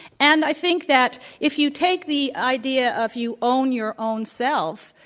and i think that if you take the idea if you own your own self,